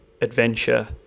adventure